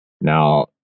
Now